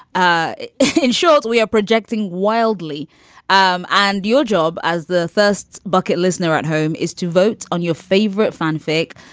ah in short, we are projecting wildly um and your job as the first bucket listener at home is to vote on your favorite fanfic.